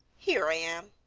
here i am.